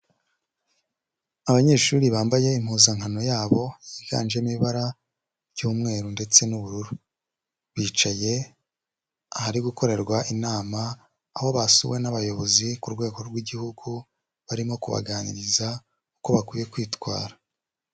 Abanyeshuri bambaye impuzankano yabo yiganjemo ibara ry'umweru ndetse n'ubururu, bicaye ahari gukorerwa inama, aho basuwe n'abayobozi ku rwego rw'igihugu, barimo kubaganiriza uko bakwiye kwitwara.